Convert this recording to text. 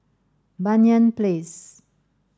Banyan Place